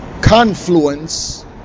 confluence